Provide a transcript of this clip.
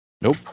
Nope